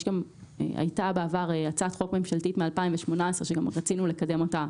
הייתה בעבר הצעת חוק ממשלתית מ-2018 שרצינו לקדם אותה